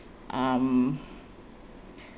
um